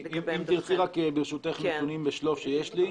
אם תרצי נתונים בשלוף שיש לי,